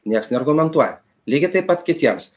niekas neargumentuoja lygiai taip pat kitiems